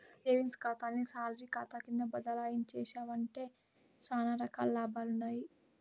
savings కాతాని salary కాతా కింద బదలాయించేశావంటే సానా రకాల లాభాలుండాయి